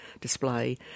display